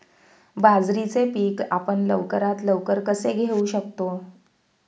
बाजरीचे पीक आपण लवकरात लवकर कसे घेऊ शकतो?